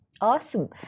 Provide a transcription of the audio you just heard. Awesome